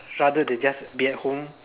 rather than just being at home